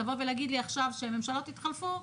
להגיד לי עכשיו שממשלות התחלפו,